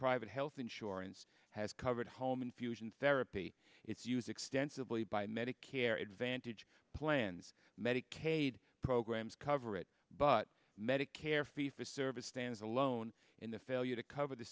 private health insurance has covered home infusion therapy it's used extensively by medicare advantage plans medicaid programs cover it but medicare fee for service stands alone in the failure to cover the